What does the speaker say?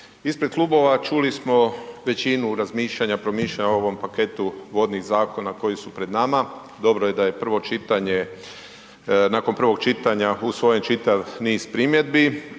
Ispred klubova čuli smo većinu razmišljanja, promišljanja o ovom paketu vodnih zakona koji su pred nama. Dobro je da je prvo čitanje, nakon prvog čitanja usvojen čitav niz primjedbi.